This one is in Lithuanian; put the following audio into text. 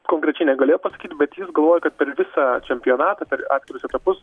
konkrečiai negalėjo pasakyti bet jis galvoja kad per visą čempionatą per atskirus etapus